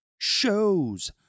shows